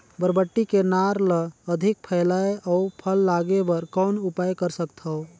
बरबट्टी के नार ल अधिक फैलाय अउ फल लागे बर कौन उपाय कर सकथव?